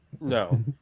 No